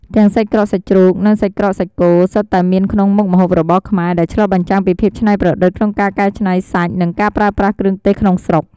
ទាំងសាច់ក្រកសាច់ជ្រូក និងសាច់ក្រកសាច់គោសុទ្ធតែមានក្នុងមុខម្ហូបរបស់ខ្មែរ ដែលឆ្លុះបញ្ចាំងពីភាពច្នៃប្រឌិតក្នុងការកែច្នៃសាច់ និងការប្រើប្រាស់គ្រឿងទេសក្នុងស្រុក។